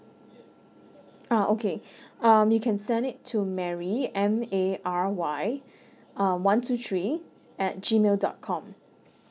ah okay um you can send it to mary M A R Y uh one two three at G mail dot com